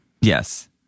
Yes